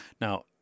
now